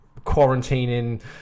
quarantining